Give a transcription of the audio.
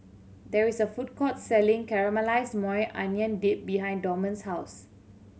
there is a food court selling Caramelized Maui Onion Dip behind Dorman's house